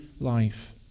life